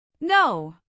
No